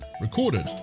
recorded